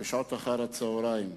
בשעות אחר-הצהריים.